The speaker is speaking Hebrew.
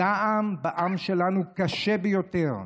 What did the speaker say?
הזעם בעם שלנו קשה ביותר.